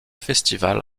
festival